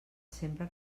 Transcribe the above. sempre